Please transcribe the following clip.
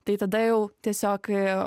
tai tada jau tiesiog